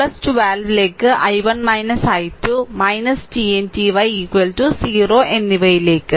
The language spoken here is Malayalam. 12 ലേക്ക് I1 I2 tnty 0 എന്നിവയിലേക്ക്